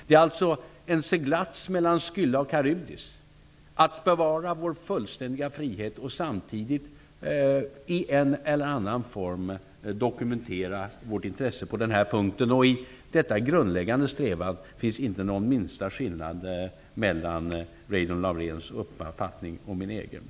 Det är alltså en seglats mellan Skylla och Karybdis att bevara vår fullständiga frihet och samtidigt i en eller annan form dokumentera vårt intresse på den här punkten. I denna grundläggande strävan finns inte minsta skillnad mellan Reidunn Lauréns uppfattning och min egen.